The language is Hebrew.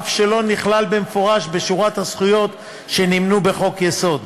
אף שלא נכלל במפורש בשורת הזכויות שנמנו בחוק-יסוד: